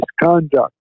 misconduct